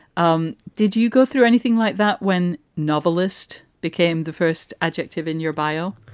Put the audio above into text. um did you go through anything like that when novelist became the first adjective in your bio?